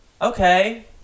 okay